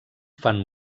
fan